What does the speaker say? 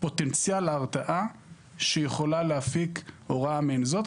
פוטנציאל ההרתעה שיכולה להפיק הוראה מעין זאת.